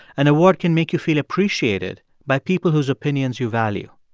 an award can make you feel appreciated by people whose opinions you value.